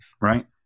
right